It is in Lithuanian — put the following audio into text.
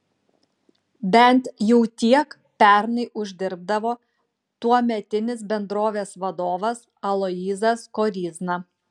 bent jau tiek pernai uždirbdavo tuometinis bendrovės vadovas aloyzas koryzna